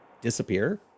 disappear